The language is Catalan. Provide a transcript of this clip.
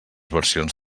versions